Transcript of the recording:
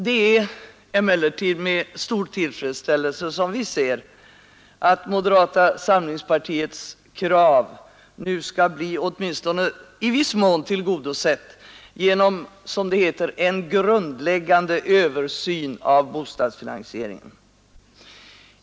Det är emellertid med stor tillfredsställelse som jag ser att moderata samlingspartiets krav nu skall bli åtminstone i viss mån tillgodosett genom, som det heter, ”en grundläggande översyn av bostadsfinansieringen”.